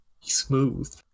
smooth